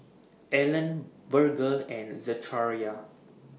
Allen Virgel and Zechariah